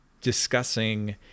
discussing